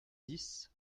dix